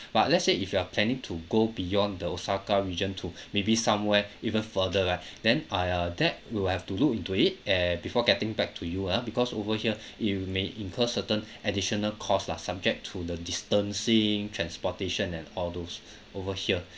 but let's say if you are planning to go beyond the osaka region to maybe somewhere even further ah then I uh that will have to look into it eh before getting back to you ah because over here it may incur certain additional cost lah subject to the distancing transportation and all those over here